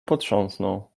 potrząsnął